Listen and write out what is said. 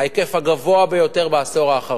ההיקף הגדול ביותר בעשור האחרון,